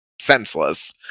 senseless